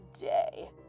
day